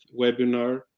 webinar